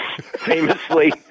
Famously